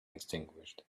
extinguished